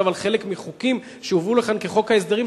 על חלק מהחוקים שהובאו לכאן כחוק ההסדרים,